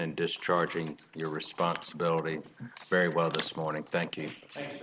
and discharging your responsibility very well this morning thank you thank